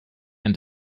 and